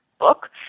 book